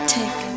take